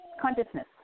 consciousness